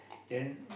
then uh